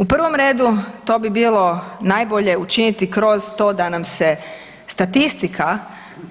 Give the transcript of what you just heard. U prvom redu to bi bilo najbolje učiniti kroz to da nam se statistika